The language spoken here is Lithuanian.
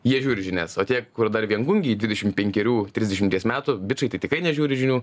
jie žiūri žinias o tie kur dar viengungiai dvidešim penkerių trisdešimties metų bičai tai tikrai nežiūri žinių